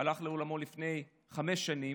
שהלך לעולמו לפני חמש שנים.